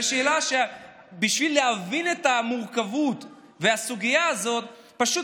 בשביל להבין את המורכבות והסוגיה הזאת פשוט